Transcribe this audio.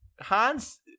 Hans